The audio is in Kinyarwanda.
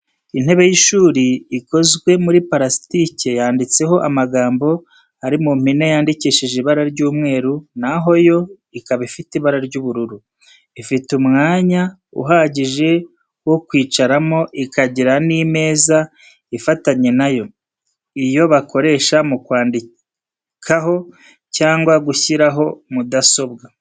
Intebe y'ishuri ikozwe muri purasitike yanditseho amagambo ari mu mpine yandikishije ibara ry'umweru na ho yo ikaba ifite ibara ry'ubururu. Ifite umwanya uhagije wo kwicaramo, ikagira n'imeza ifatanye na yo, iyo bakoresha mu kwandikaho cyangwa gushyiraho mudasobwa.